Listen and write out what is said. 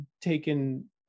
taken